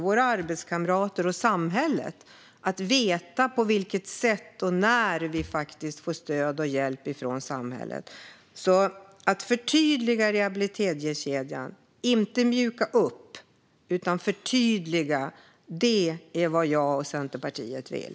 Våra arbetskamrater och samhället ska veta på vilket sätt och när vi får stöd och hjälp från samhället. Att förtydliga rehabiliteringskedjan, inte mjuka upp, är vad jag och Centerpartiet vill.